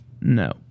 no